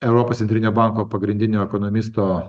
europos centrinio banko pagrindinio ekonomisto